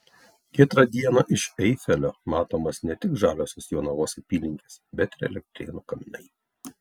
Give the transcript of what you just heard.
giedrą dieną iš eifelio matomos ne tik žaliosios jonavos apylinkės bet ir elektrėnų kaminai